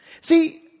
See